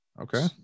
Okay